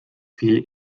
viel